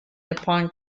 nippon